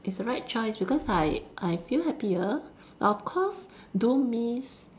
it's the right choice because I I feel happier of course do miss